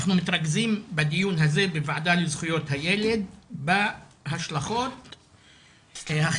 אנחנו מתרכזים בדיון הזה בוועדה לזכויות הילד בהשלכות החברתיות,